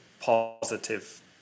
positive